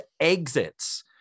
exits